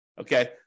Okay